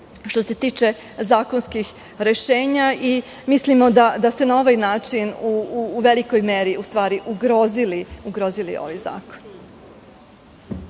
što se tiče zakonskih rešenja. Mislimo da ste na ovaj način u velikoj meri ugrozili ovaj zakon.